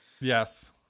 Yes